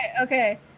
Okay